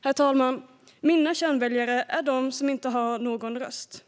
Herr talman! Mina kärnväljare är de som inte har någon röst.